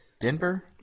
Denver